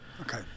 Okay